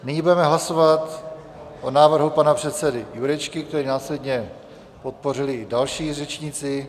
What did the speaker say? Nyní budeme hlasovat o návrhu pana předsedy Jurečky, který následně podpořili i další řečníci.